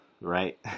right